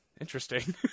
Interesting